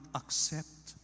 accept